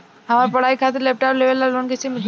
हमार पढ़ाई खातिर लैपटाप लेवे ला लोन कैसे मिली?